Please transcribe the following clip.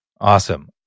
Awesome